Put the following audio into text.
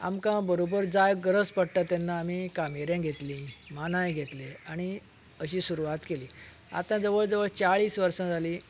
आमकां बरोबर जाय गरज पडटा तेन्ना आमी कामेऱ्यां घेतलीं मानाय घेतले आनी अशीं सुरवात केली आतां जवळ जवळ चाळीस वर्सां जालीं